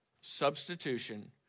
substitution